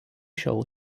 šiol